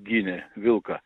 gynė vilką